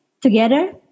together